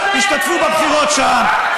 תשתתפו בבחירות שם,